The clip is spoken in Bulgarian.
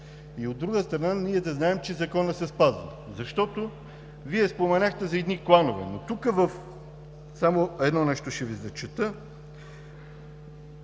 и, от друга страна, ние да знаем, че законът се спазва. Вие споменахте за едни кланове, но тук само едно нещо ще Ви зачета